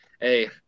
hey